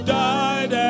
died